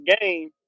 game